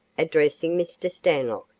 addressing mr. stanlock.